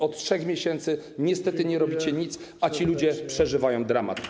Od 3 miesięcy niestety nie robicie nic, a ci ludzie przeżywają dramat.